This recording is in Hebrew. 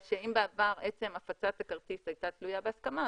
אם בעבר עצם הפצת הכרטיס הייתה תלויה בהסכמה,